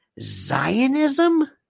Zionism